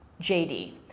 JD